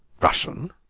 russian?